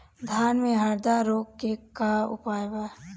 धान में हरदा रोग के का उपाय बा?